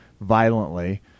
violently